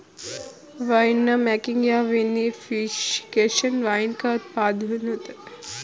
winemaking या vinification wine का उत्पादन है